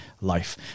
life